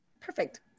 Perfect